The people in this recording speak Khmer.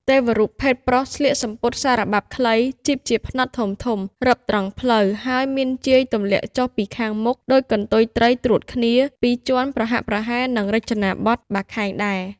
ទេវរូបភេទប្រុសស្លៀកសំពត់សារបាប់ខ្លី ជីបជាផ្នត់ធំៗ រឹបត្រង់ភ្លៅ ហើយមានជាយទម្លាក់ចុះពីខាងមុខដូចកន្ទូយត្រីត្រួតគ្នាពីរជាន់ប្រហាក់ប្រហែលនឹងរចនាបថបាខែងដែរ។